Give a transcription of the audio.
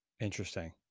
Interesting